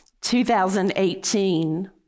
2018